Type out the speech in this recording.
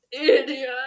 Idiot